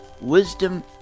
Wisdom